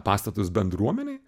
pastatus bendruomenei